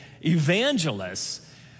evangelists